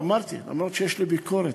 ואמרתי, אומנם יש לי ביקורת,